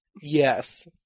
Yes